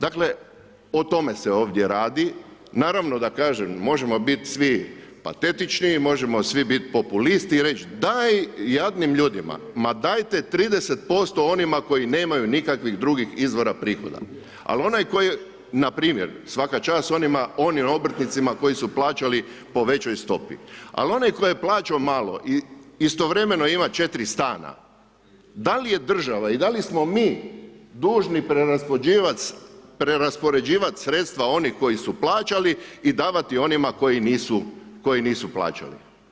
Dakle, o tome se ovdje radi, naravno, da kažem možemo biti svi patetični i možemo svi biti populisti i reći daj jadnim ljudima, ma dajte 30% onima koji nemaju nikakvih drugih izvora prihoda, al onaj koji, npr. svaka čast onim obrtnicima koji su plaćali po većoj stopi, al onaj koji je plaćao malo i istovremeno ima 4 stana, da li je država i da li smo mi dužni preraspoređivati sredstva onih koji su plaćali i davati onima koji nisu plaćali.